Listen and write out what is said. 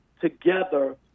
together